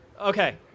Okay